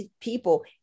people